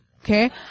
Okay